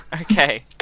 Okay